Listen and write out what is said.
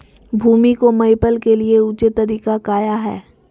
भूमि को मैपल के लिए ऊंचे तरीका काया है?